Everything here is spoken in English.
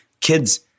Kids